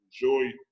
enjoy